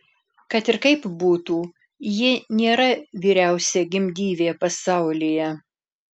kad ir kaip būtų ji nėra vyriausia gimdyvė pasaulyje